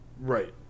Right